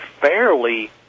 fairly